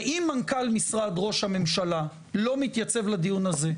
ואם מנכ״ל משרד ראש הממשלה לא מתייצב לדיון הזה,